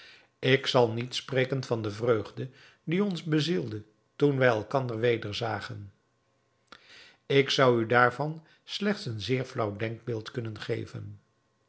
ik zal niet spreken van de vreugde die ons bezielde toen wij elkander wederzagen ik zou u daarvan slechts een zeer flaauw denkbeeld kunnen geven